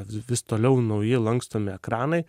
vis toliau nauji lankstomi ekranai